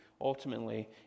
Ultimately